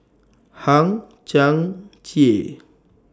Hang Chang Chieh